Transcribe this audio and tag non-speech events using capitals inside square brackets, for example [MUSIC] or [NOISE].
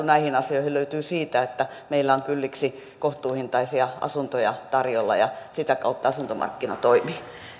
[UNINTELLIGIBLE] näihin asioihin löytyy siitä että meillä on kylliksi kohtuuhintaisia asuntoja tarjolla ja sitä kautta asuntomarkkina toimii